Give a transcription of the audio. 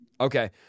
Okay